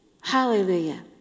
hallelujah